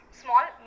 small